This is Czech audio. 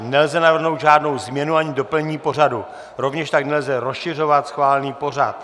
Nelze navrhnout žádnou změnu ani doplnění pořadu, rovněž tak nelze rozšiřovat schválený pořad.